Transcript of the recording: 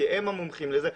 כי הם המומחים לזה.